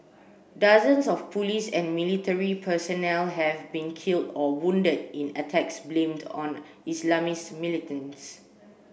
dozens of police and military personnel have been killed or wounded in attacks blamed on Islamist militants